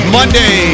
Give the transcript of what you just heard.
Monday